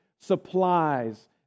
supplies